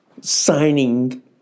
Signing